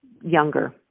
younger